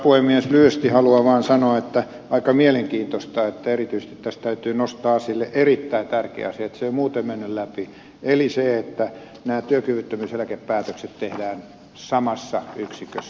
lyhyesti haluan vain sanoa että aika mielenkiintoista että erityisesti tässä täytyy nostaa esille erittäin tärkeä asia että se muuten ei mene läpi eli se että nämä työkyvyttömyyseläkepäätökset tehdään samassa yksikössä